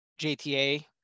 JTA